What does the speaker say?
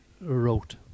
wrote